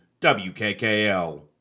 WKKL